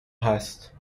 هست